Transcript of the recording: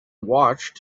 watched